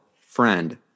friend